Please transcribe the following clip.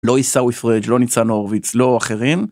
לא עיסאוי פראג', לא ניצן הורוביץ, לא אחרים.